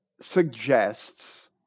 suggests